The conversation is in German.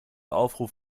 aufruf